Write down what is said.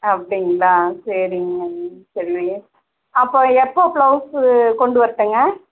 அப்படிங்ளா சரிங்க சொல்லுங்க அப்போ எப்போது ப்லௌஸு கொண்டு வரட்டுங்க